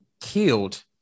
killed